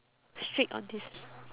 strict on this